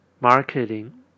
marketing